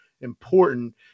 important